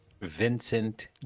Vincent